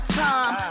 time